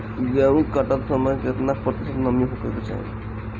गेहूँ काटत समय केतना प्रतिशत नमी होखे के चाहीं?